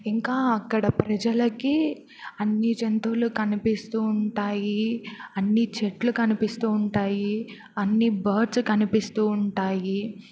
ఇంకా అక్కడ ప్రజలకి అన్ని జంతువులు కనిపిస్తూ ఉంటాయి అన్ని చెట్లు కనిపిస్తూ ఉంటాయి అన్ని బర్డ్స్ కనిపిస్తూ ఉంటాయి